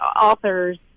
authors